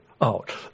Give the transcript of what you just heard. out